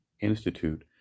Institute